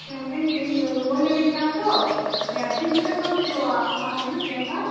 ᱚᱰᱮᱧ ᱤᱧ ᱨᱩᱣᱟᱹ ᱧᱚᱜᱤᱧ ᱠᱟᱱᱟᱛᱚ ᱡᱮ ᱛᱤᱱ ᱡᱚᱠᱷᱚᱡ ᱠᱷᱚᱱᱮᱢ ᱠᱷᱩᱞᱟᱹᱣᱟ ᱟᱢᱟᱜ ᱤᱭᱟᱹ ᱪᱮᱢᱵᱟᱨ